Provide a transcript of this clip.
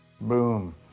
Boom